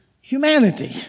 humanity